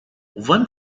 one